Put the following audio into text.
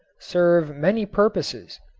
serve many purposes.